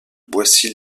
boissy